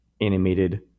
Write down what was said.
animated